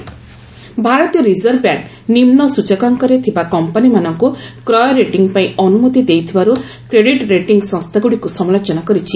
RBI CRA ଭାରତୀୟ reserve bank ନିମ୍ନ ସୂଚକାଙ୍କରେ ଥିବା କମ୍ପାନୀମାନଙ୍କୁ କ୍ରୟ ରେଟିଂ ପାଇଁ ଅନୁମତି ଦେଇଥିବାରୁ କ୍ରେଡିଟ୍ ରେଟିଂ ସଂସ୍ଥାଗୁଡ଼ିକୁ ସମାଲୋଚନା କରିଛି